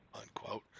unquote